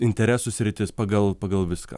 interesų sritis pagal pagal viską